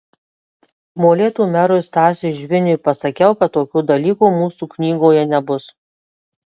molėtų merui stasiui žviniui pasakiau kad tokių dalykų mūsų knygoje nebus